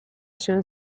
się